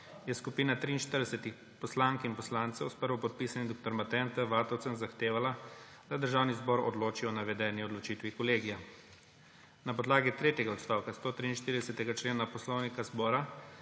je skupina 43 poslank in poslancev s prvopodpisanim dr. Matejem T. Vatovcem zahtevala, da Državni zbor odloči o navedeni odločitvi Kolegija. Na podlagi tretjega odstavka 143. člena Poslovnika